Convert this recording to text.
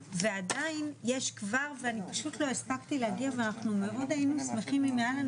ועדיין יש כבר ואני פשוט לא הספקתי להגיע ואנחנו מאוד היינו אם היה לנו